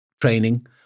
training